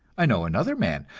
i know another man,